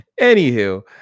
Anywho